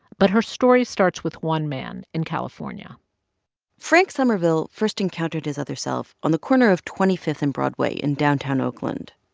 but her story starts with one man in california frank somerville first encountered his other self on the corner of twenty fifth and broadway in downtown oakland.